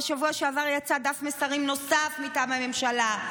בשבוע שעבר יצא דף מסרים נוסף מטעם הממשלה,